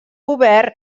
govern